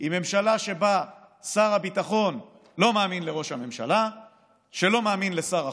עם ממשלה שבה שר הביטחון לא מאמין לראש הממשלה שלא מאמין לשר החוץ,